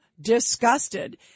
disgusted